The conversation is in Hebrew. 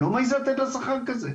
אני לא מעז לתת לה שכר כזה.